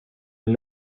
and